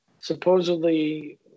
supposedly